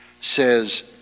says